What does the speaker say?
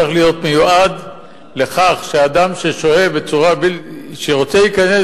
צריך בראש ובראשונה להיות מיועד לכך שאדם שרוצה להיכנס